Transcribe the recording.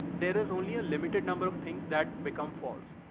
there is only a limited number of things that become false.